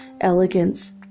elegance